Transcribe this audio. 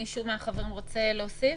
מישהו מן החברים רוצה להוסיף?